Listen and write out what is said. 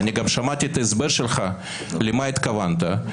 גם שמעתי את ההסבר שלך למה התכוונת.